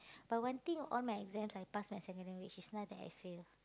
but one thing all my exams I pass my it's not that I fail